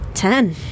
Ten